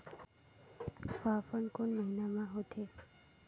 फाफण कोन महीना म होथे?